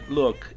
look